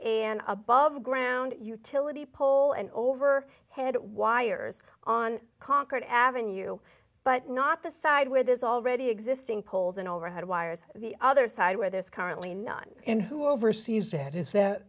an above ground utility pole and over head wires on concord avenue you but not the side where there's already existing poles and overhead wires the other side where there's currently none in who oversees that is that